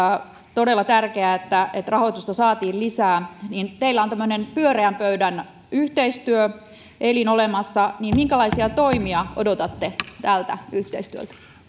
todella tärkeää että että rahoitusta saatiin lisää kun teillä on tämmöinen pyöreän pöydän yhteistyöelin olemassa niin minkälaisia toimia odotatte tältä yhteistyöltä